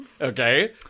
Okay